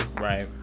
Right